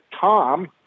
Tom